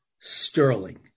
Sterling